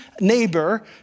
neighbor